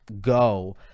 go